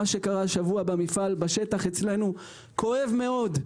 מה שקרה השבוע במפעל בשטח אצלנו כואב מאוד.